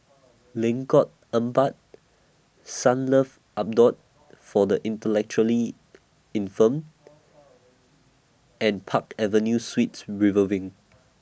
Lengkok Empat Sunlove Abode For The Intellectually Infirmed and Park Avenue Suites River Wing